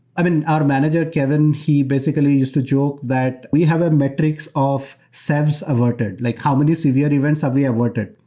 i mean, our manager, kevin, he basically used to joke that we have a metrics of averted. like how many severe events have we averted.